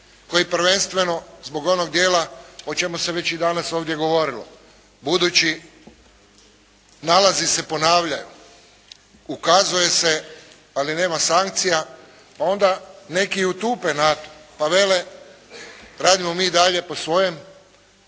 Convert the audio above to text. koji prvenstveno zbog onog dijela o čemu se već i danas ovdje govorilo, budući nalazi se ponavljaju, ukazuje se, ali nema sankcija, pa onda neki i otupe na to, pa vele radimo mi i dalje po svojem,